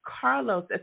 Carlos